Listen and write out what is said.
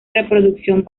reproducción